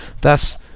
Thus